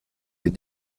les